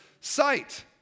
sight